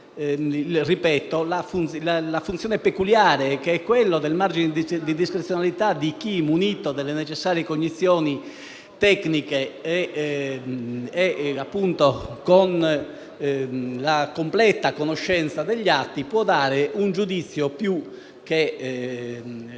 la funzione peculiare, che è quella del margine di discrezionalità di chi, munito delle necessarie cognizioni tecniche e con la completa conoscenza degli atti, può dare un giudizio più che